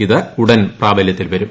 ഇത് ഉടൻ പ്രാബല്യത്തിൽ വരും